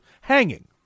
hanging